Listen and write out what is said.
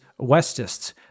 westists